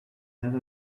have